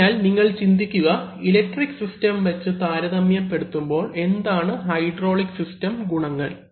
അതിനാൽ നിങ്ങൾ ചിന്തിക്കുക ഇലക്ട്രിക് സിസ്റ്റം വെച്ച് താരതമ്യപ്പെടുത്തുമ്പോൾ എന്താണ് ഹൈഡ്രോളിക് സിസ്റ്റം ഗുണങ്ങൾ